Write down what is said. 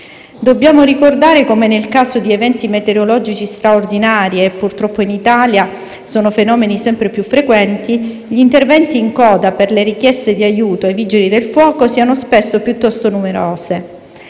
Dobbiamo ricordare come nel caso di eventi meteorologici straordinari - e purtroppo in Italia sono fenomeni sempre più frequenti - gli interventi in coda per le richieste di aiuto ai Vigili del fuoco siano spesso piuttosto numerose.